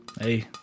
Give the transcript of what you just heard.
Hey